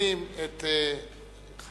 מזמינים את חברנו,